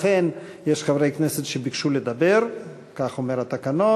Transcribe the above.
לכן, יש חברי כנסת שביקשו לדבר, כך אומר התקנון.